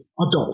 adult